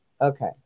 Okay